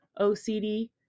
OCD